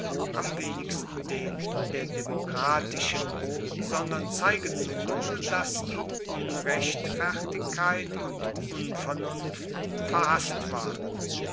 am wenigsten den der demokratischen sondern zeigen nur daß ihm unrechtfertigkeit und unvernunft verhaßt waren